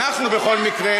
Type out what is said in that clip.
אנחנו כבר מחכים.